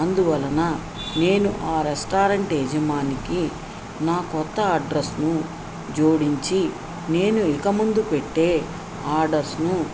అందువలన నేను ఆ రెస్టారెంట్ యజమానికి నా కొత్త అడ్రస్నూ జోడించి నేను ఇకముందు పెట్టే ఆర్డర్స్నూ